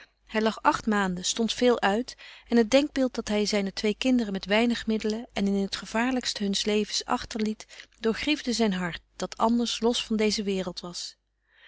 hy lag agt maanden stondt veel uit en het denkbeeld dat hy zyne twee kinderen met weinig middelen en in t gevaarlykst huns levens agter liet doorgriefde zyn hart dat anders los van deeze waereld was